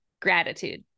gratitude